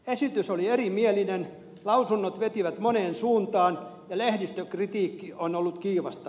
esitys oli erimielinen lausunnot vetivät moneen suuntaan ja lehdistön kritiikki on ollut kiivasta